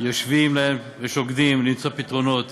יושבים ושוקדים למצוא פתרונות.